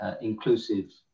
inclusive